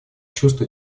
чувства